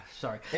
Sorry